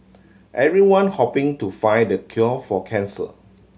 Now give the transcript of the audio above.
everyone hoping to find the cure for cancer